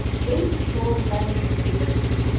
dense tall bamboo thickets,